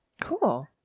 Cool